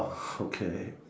okay